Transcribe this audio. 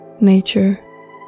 nature